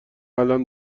الان